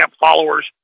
followers